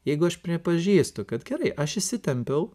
jeigu aš pripažįstu kad gerai aš įsitempiau